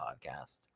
podcast